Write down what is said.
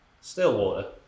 Stillwater